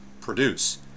produce